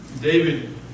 David